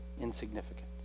insignificance